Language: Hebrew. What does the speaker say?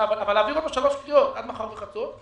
אבל להעביר אותו שלוש קריאות עד מחר בחצות,